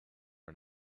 and